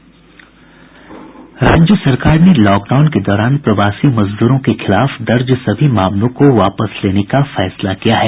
राज्य सरकार ने लॉकडाउन के दौरान प्रवासी मजदूरों के खिलाफ दर्ज सभी मामलों को वापस लेने का फैसला किया है